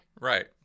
right